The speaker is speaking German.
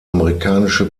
amerikanische